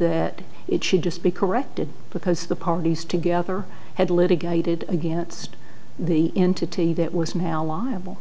that it should just be corrected because the parties together had litigated against the entity that was now liable